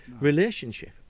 relationship